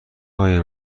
های